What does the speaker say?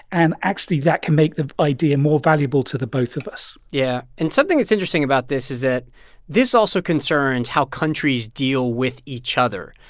and actually, that can make the idea more valuable to the both of us yeah. and something that's interesting about this is that this also concerns how countries deal with each other.